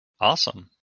Awesome